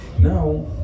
now